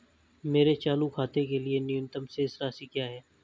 मेरे चालू खाते के लिए न्यूनतम शेष राशि क्या है?